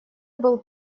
был